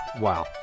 Wow